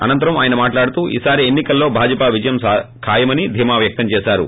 అనంతరం ఆయన మాట్లాడుతూ ఈసారి ఎన్ని కలో భాజపా విజయం ఖాయమని ధీమా వ్యక్తం చేశారు